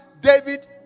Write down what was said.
David